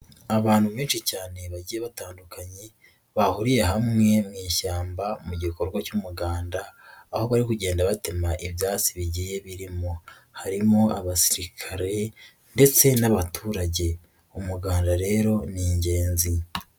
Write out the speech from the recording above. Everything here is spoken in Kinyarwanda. Abantu benshi cyane bagiye batandukanye, bahuriye hamwe mushyamba mu gikorwa cy'umuganda aho bari kugenda batema ibyatsi bigiye birimo, harimo abasirikare ndetse n'abaturage, umuganda rero ni ingenzi.